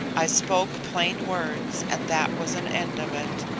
i spoke plain words, and that was an end of it.